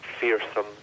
fearsome